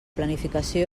planificació